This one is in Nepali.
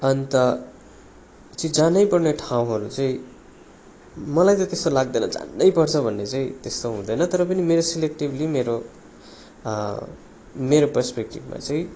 अन्त चि जानै पर्ने ठाउँहरू चाहिँ मलाई त त्यस्तो लाग्दैनँ जानै पर्छ भन्ने चाहिँ त्यस्तो हुँदैन तर पनि मेरो सेलेक्टिभली मेरो मेरो पर्सपेक्टिभमा चाहिँ